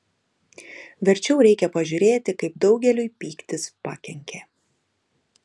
verčiau reikia pažiūrėti kaip daugeliui pyktis pakenkė